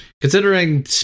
Considering